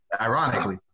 ironically